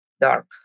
dark